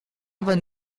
aber